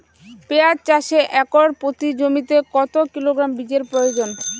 পেঁয়াজ চাষে একর প্রতি জমিতে কত কিলোগ্রাম বীজের প্রয়োজন?